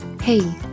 Hey